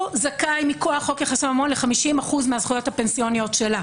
הוא זכאי מכוח חוק יחסי ממון ל-50% מהזכויות הפנסיוניות שלה,